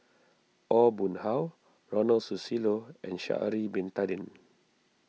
Aw Boon Haw Ronald Susilo and Sha'ari Bin Tadin